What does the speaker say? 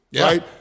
right